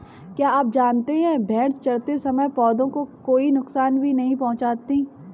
क्या आप जानते है भेड़ चरते समय पौधों को कोई नुकसान भी नहीं पहुँचाती